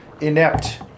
inept